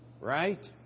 Right